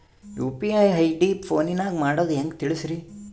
UPI ID ಫೋನಿನಾಗ ಮಾಡೋದು ಹೆಂಗ ತಿಳಿಸ್ರಿ?